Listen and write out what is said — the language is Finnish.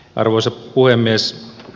arvoisa puhemies